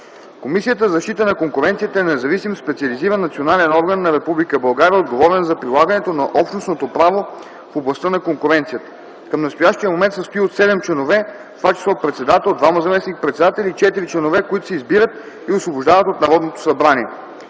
Комисията за защита на конкуренцията е независим, специализиран национален орган на Република България, отговорен за прилагането на Общностното право в областта на конкуренцията. Към настоящия момент се състои от седем членове, в т.ч. председател, двама заместник-председатели и четирима членове, които се избират и освобождават от Народното събрание.